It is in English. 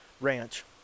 ranch